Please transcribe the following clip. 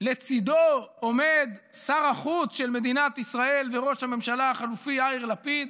לצידו עומד שר החוץ של מדינת ישראל וראש הממשלה החלופי יאיר לפיד,